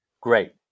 great